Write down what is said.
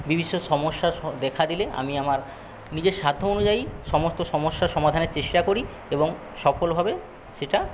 সমস্যা দেখা দিলে আমি আমার নিজের সাধ্য অনুযায়ী সমস্ত সমস্যা সমাধানের চেষ্টা করি এবং সফলভাবে সেটা